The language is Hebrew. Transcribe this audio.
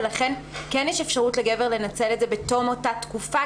ולכן כן יש אפשרות לגבר לנצל את זה בתום אותה תקופה,